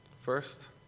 First